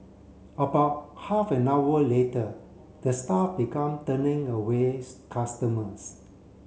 about half an hour later the staff began turning away customers